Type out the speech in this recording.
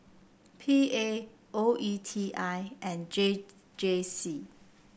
P A O E T I and J J C